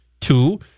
Two